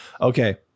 okay